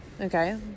Okay